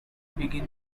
begin